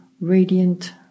radiant